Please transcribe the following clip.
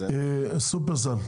שופרסל?